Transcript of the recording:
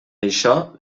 això